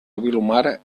vilomara